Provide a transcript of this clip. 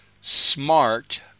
smart